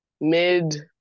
mid